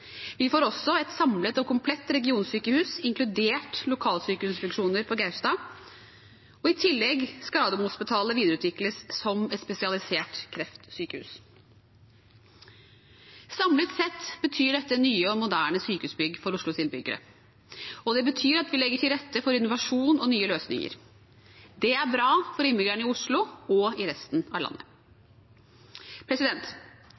Vi får også et samlet og komplett regionsykehus, inkludert lokalsykehusfunksjoner, på Gaustad, og i tillegg skal Radiumhospitalet videreutvikles som et spesialisert kreftsykehus. Samlet sett betyr dette nye og moderne sykehusbygg for Oslos innbyggere, og det betyr at vi legger til rette for innovasjon og nye løsninger. Det er bra for innbyggerne i Oslo og i resten av landet.